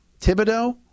Thibodeau